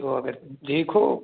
तो फिर देखो